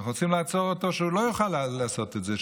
אנחנו רוצים לעצור אותו שלא יוכל לעשות את זה,